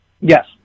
Yes